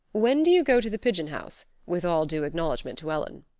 when do you go to the pigeon house with all due acknowledgment to ellen.